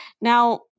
Now